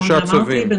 שלושה צווים.